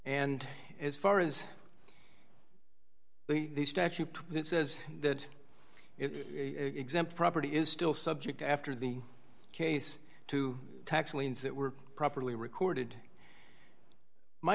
and as far as the statute that says that it exempt property is still subject after the case to tax liens that were properly recorded my